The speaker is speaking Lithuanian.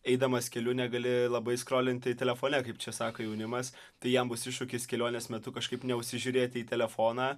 eidamas keliu negali labai skrolinti telefone kaip čia sako jaunimas tai jam bus iššūkis kelionės metu kažkaip neužsižiūrėti į telefoną